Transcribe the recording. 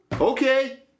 okay